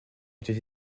été